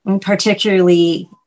particularly